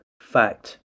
Fact